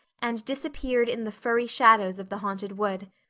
and disappeared in the firry shadows of the haunted wood.